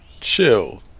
Chill